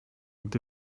gdy